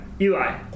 Eli